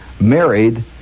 married